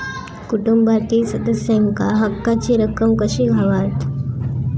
कुटुंबातील सदस्यांका हक्काची रक्कम कशी गावात?